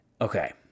Okay